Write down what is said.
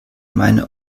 meine